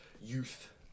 youth